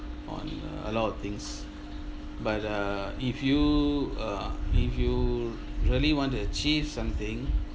on a a lot of things but uh if you uh if you really want to achieve something